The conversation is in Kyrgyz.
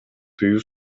тыюу